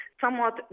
somewhat